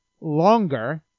longer